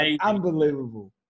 Unbelievable